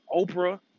Oprah